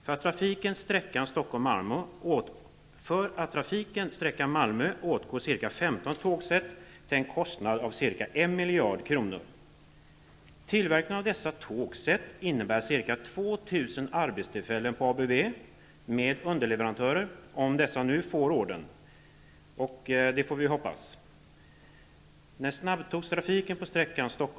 För att trafikera sträckan Stockholm--Malmö åtgår ca arbetstillfällen på ABB med underleverantörer, om man nu får denna order, vilket vi hoppas.